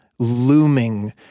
looming